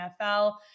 NFL